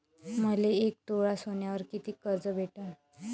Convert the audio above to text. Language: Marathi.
मले एक तोळा सोन्यावर कितीक कर्ज भेटन?